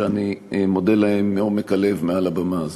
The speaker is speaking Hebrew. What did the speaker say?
ואני מודה להן מעומק הלב מעל הבמה הזאת.